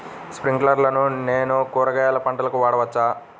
స్ప్రింక్లర్లను నేను కూరగాయల పంటలకు వాడవచ్చా?